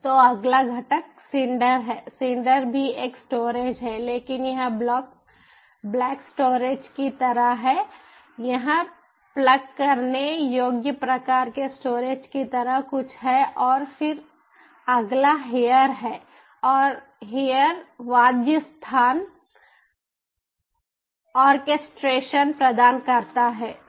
तो अगला घटक सिंडर है सिंडर भी एक स्टोरेज है लेकिन यह ब्लॉक स्टोरेज की तरह है यह प्लग करने योग्य प्रकार के स्टोरेज की तरह कुछ है और फिर अगला हियर है और हियर वाद्य स्थान ऑर्केस्ट्रेशन orchestration प्रदान करता है